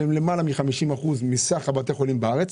שהם למעלה מ-50% מסך בתי החולים בארץ?